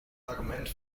argument